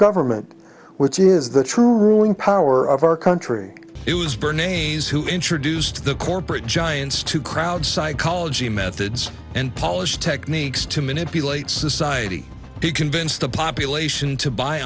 government which is the true in power of our country it was bernays who introduced the corporate giants to crowd psychology methods and polish techniques to manipulate society to convince the population to buy